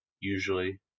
usually